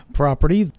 property